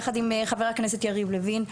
יחד עם חבר הכנסת יריב לוין,